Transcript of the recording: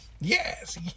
Yes